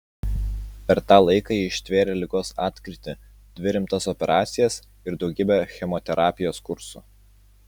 per tą laiką ji ištvėrė ligos atkrytį dvi rimtas operacijas ir daugybę chemoterapijos kursų